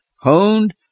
honed